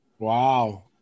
Wow